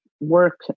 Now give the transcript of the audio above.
work